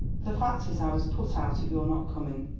the fact is, i was put out at your not coming.